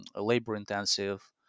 labor-intensive